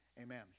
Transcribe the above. Amen